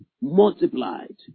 multiplied